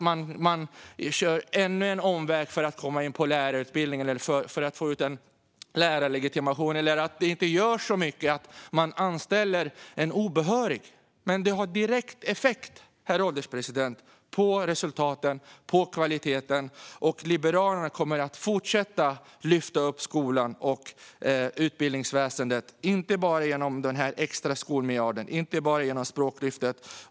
Man vill skapa ännu en omväg för människor att komma in på lärarutbildningen eller få ut en lärarlegitimation, och man säger att det inte gör så mycket att skolor anställer obehöriga lärare. Men det har direkt effekt på resultaten och på kvaliteten, herr ålderspresident. Liberalerna kommer att fortsätta lyfta upp skolan och utbildningsväsendet, och inte bara genom den extra skolmiljarden och språklyftet.